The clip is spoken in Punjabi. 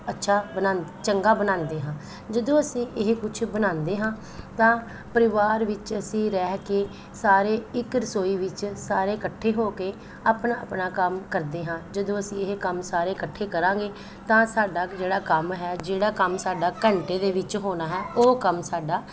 ਅੱਛਾ ਬਣਾ ਚੰਗਾ ਬਣਾਉਂਦੇ ਹਾਂ ਜਦੋਂ ਅਸੀਂ ਇਹ ਕੁਝ ਬਣਾਉਂਦੇ ਹਾਂ ਤਾਂ ਪਰਿਵਾਰ ਵਿੱਚ ਅਸੀਂ ਰਹਿ ਕੇ ਸਾਰੇ ਇੱਕ ਰਸੋਈ ਵਿੱਚ ਸਾਰੇ ਇਕੱਠੇ ਹੋ ਕੇ ਆਪਣਾ ਆਪਣਾ ਕੰਮ ਕਰਦੇ ਹਾਂ ਜਦੋਂ ਅਸੀਂ ਇਹ ਕੰਮ ਸਾਰੇ ਇਕੱਠੇ ਕਰਾਂਗੇ ਤਾਂ ਸਾਡਾ ਜਿਹੜਾ ਕੰਮ ਹੈ ਜਿਹੜਾ ਕੰਮ ਸਾਡਾ ਘੰਟੇ ਦੇ ਵਿੱਚ ਹੋਣਾ ਹੈ ਉਹ ਕੰਮ ਸਾਡਾ